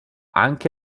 anche